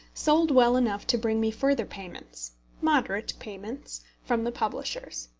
sold well enough to bring me further payments moderate payments from the publishers.